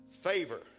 Favor